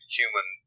human